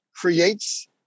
creates